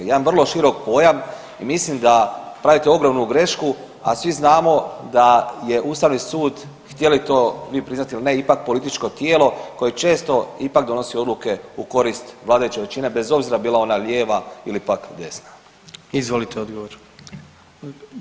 Jedan vrlo širok pojam i mislim da pravite ogromnu grešku, a svi znamo da je Ustavni sud htjeli to mi priznati ili ne ipak političko tijelo koje često ipak donosi odluke u korist vladajuće većine bez obzira bila ona lijeva ili pak desna.